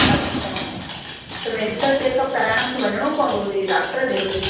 अछा त medical check up कराइण मूंखे वञिणो पवंदो होॾे डॉक्टर ॾे होॾे